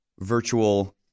virtual